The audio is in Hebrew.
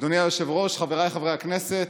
אדוני היושב-ראש, חבריי חברי הכנסת,